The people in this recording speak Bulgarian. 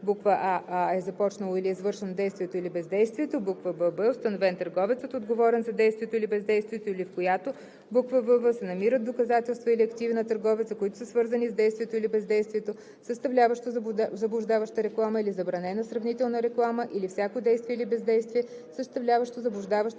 аа) е започнало или е извършено действието или бездействието; бб) е установен търговецът, отговорен за действието или бездействието, или в която вв) се намират доказателства или активи на търговеца, които са свързани с действието или бездействието, съставляващо заблуждаваща реклама или забранена сравнителна реклама, или всяко действие или бездействие, съставляващо заблуждаваща